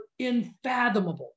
infathomable